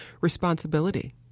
responsibility